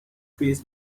trays